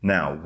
Now